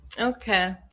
Okay